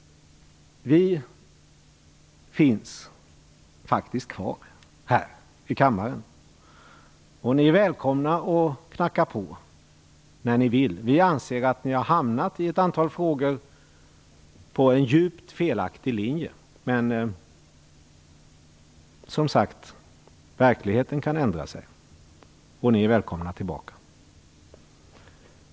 Vi sitter faktiskt kvar här i kammaren. Ni är välkomna att knacka på när ni vill. Vi anser att ni i ett antal frågor har följt en helt felaktig linje. Men, som sagt, verkligheten kan ändra sig. Ni är välkomna tillbaka.